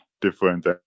different